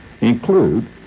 Include